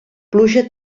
pluja